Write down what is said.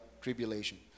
tribulation